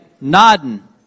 nodding